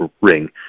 ring